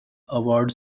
award